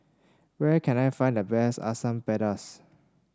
where can I find the best Asam Pedas